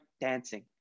dancing